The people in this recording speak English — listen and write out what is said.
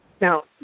Now